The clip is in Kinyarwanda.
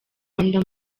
rwanda